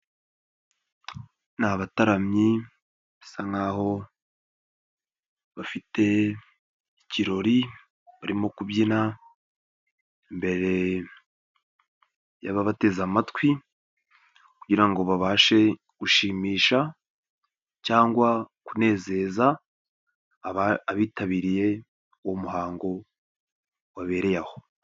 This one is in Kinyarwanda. Ni abataramyi bisa nkaho bafite ikirori barimo kubyina imbere y'ababateze amatwi kugira ngo babashe gushimisha cyangwa kunezeza abitabiriye uwo muhango wabereye aho.